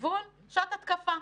שעת התקפה.